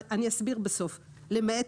פירוט נוסף לעבירהדרגת סידוריהסעיףהקנס 3א62(12)למעט